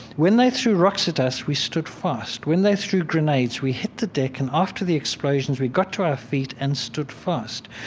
when they threw rocks at us, we stood fast. when they threw grenades, we hit the deck and after the explosions, we got to our feet and stood fast.